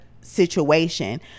situation